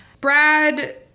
Brad